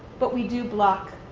but we do block,